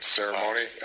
ceremony